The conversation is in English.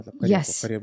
Yes